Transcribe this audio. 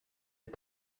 est